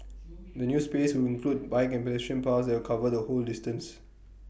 the new space will include bike and pedestrian paths that cover the whole distance